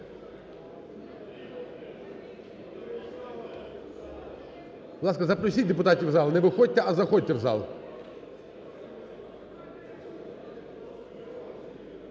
ласка, запросіть депутатів в зал, не виходьте, а заходьте в зал.